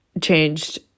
changed